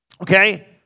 okay